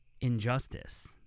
injustice